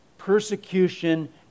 persecution